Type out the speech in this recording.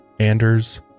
Anders